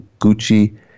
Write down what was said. Gucci